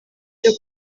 cyo